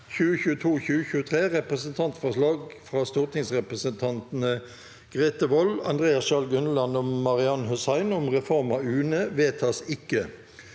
(2022–2023) – Representantforslag fra stortingsrepresentantene Grete Wold, Andreas Sjalg Unneland og Marian Hussein om reform av UNE – vedtas ikke.